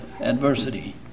adversity